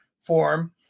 form